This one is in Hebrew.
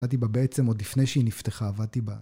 עבדתי בה בעצם עוד לפני שהיא נפתחה עבדתי בה